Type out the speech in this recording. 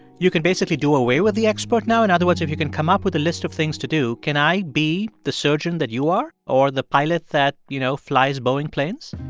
you can basically do away with the expert now? in other words, if you can come up with a list of things to do, can i be the surgeon that you are or the pilot that, you know, flies boeing planes?